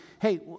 Hey